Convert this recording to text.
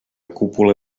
cúpula